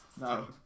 No